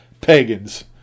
Pagans